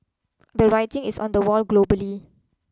the writing is on the wall globally